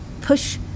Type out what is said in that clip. push